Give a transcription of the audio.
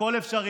הכול אפשרי.